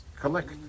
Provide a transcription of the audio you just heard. Collect